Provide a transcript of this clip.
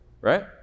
right